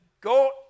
go